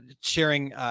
sharing